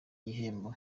gihembo